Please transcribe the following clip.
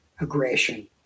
aggression